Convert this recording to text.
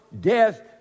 death